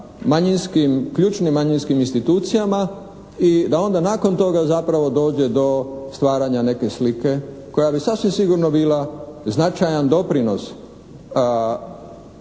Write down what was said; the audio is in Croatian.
manjinskim, ključnim manjinskim institucijama i da onda nakon toga zapravo dođe do stvaranja neke slike koja bi sasvim sigurno bila značajan doprinos